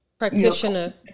practitioner